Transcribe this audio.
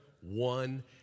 one